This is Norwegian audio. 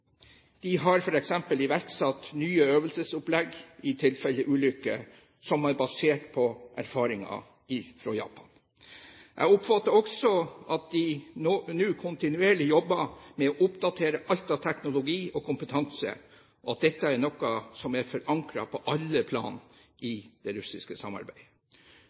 De har f.eks. iverksatt nye øvelsesopplegg i tilfelle ulykker, som er basert på erfaringer fra Japan. Jeg oppfatter også at de nå kontinuerlig jobber med å oppdatere alt av teknologi og kompetanse, og at dette er noe som er forankret på alle plan i det russiske